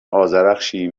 آذرخشی